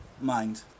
mind